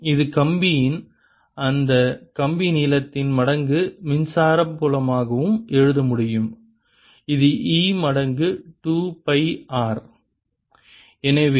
இது கம்பியின் அந்த கம்பி நீளத்தின் மடங்கு மின்சார புலமாகவும் எழுத முடியும் இது E மடங்கு 2 பை r